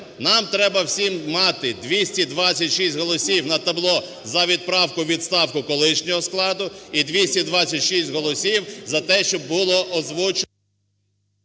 нам треба всім мати 226 голосів на табло за відправку у відставку колишнього складу і 226 голосів за те, що було озвучено...